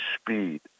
speed